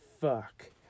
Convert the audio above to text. fuck